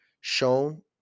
shown